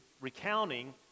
recounting